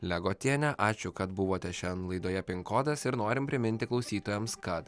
legotienė ačiū kad buvote šiandien laidoje pin kodas ir norim priminti klausytojams kad